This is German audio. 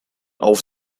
auf